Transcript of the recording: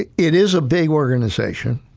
it it is a big organization.